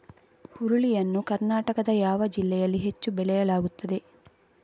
ಹುರುಳಿ ಯನ್ನು ಕರ್ನಾಟಕದ ಯಾವ ಜಿಲ್ಲೆಯಲ್ಲಿ ಹೆಚ್ಚು ಬೆಳೆಯಲಾಗುತ್ತದೆ?